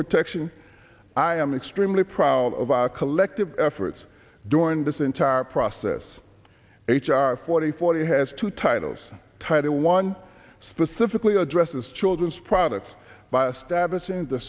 protection i am extremely proud of our collective efforts during this entire process h r forty forty has two titles title one specifically addresses children's products by a status in the